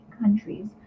countries